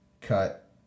cut